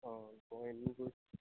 অঁ মই এদিন গৈছিলোঁ